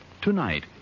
Tonight